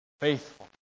Faithful